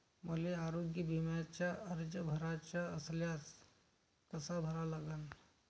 मले आरोग्य बिम्याचा अर्ज भराचा असल्यास कसा भरा लागन?